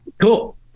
cool